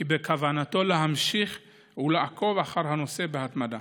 כי בכוונתו להמשיך ולעקוב אחר הנושא בהתמדה.